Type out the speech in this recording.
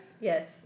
yes